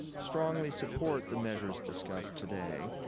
strongly support the measures discussed today.